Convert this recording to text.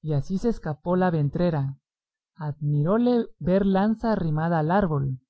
y así se escapó la ventrera admiróle ver lanza arrimada al árbol